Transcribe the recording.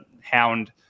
hound